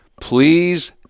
please